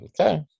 okay